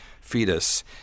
fetus